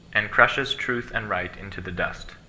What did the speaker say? and crushes truth and right into the dust.